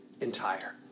entire